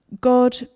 God